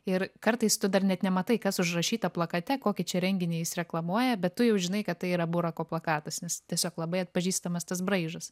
ir kartais tu dar net nematai kas užrašyta plakate kokį čia renginį jis reklamuoja bet tu jau žinai kad tai yra burako plakatas nes tiesiog labai atpažįstamas tas braižas